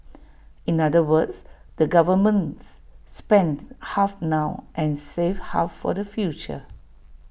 in other words the governments spends half now and saves half for the future